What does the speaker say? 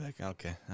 Okay